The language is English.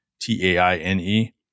t-a-i-n-e